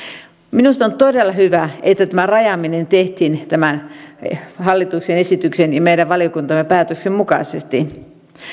minusta on todella hyvä että tämä rajaaminen tehtiin hallituksen esityksen ja meidän valiokuntamme päätöksen mukaisesti